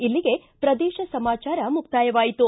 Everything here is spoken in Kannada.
ಇಲ್ಲಿಗೆ ಪ್ರದೇಶ ಸಮಾಚಾರ ಮುಕ್ತಾಯವಾಯಿತು